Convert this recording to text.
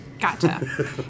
Gotcha